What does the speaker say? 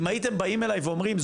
אם הייתם באים אליי ואומרים,